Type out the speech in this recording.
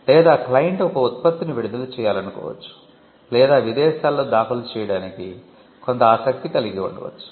లేదా క్లయింట్ ఒక ఉత్పత్తిని విడుదల చేయాలనుకోవచ్చు లేదా విదేశాలలో దాఖలు చేయడానికి కొంత ఆసక్తి కలిగి ఉండవచ్చు